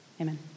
Amen